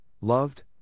loved